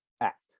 act